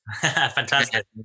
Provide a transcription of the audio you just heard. Fantastic